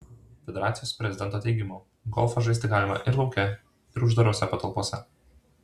federacijos prezidento teigimu golfą žaisti galima ir lauke ir uždarose patalpose